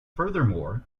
furthermore